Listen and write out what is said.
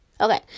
Okay